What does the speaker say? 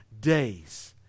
days